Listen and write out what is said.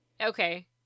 Okay